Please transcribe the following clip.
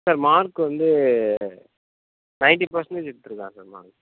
sir mark வந்து ninety percentage எடுத்திருக்கான் sir mark